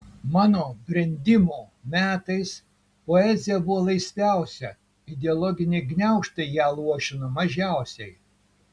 mano brendimo metais poezija buvo laisviausia ideologiniai gniaužtai ją luošino mažiausiai